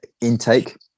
intake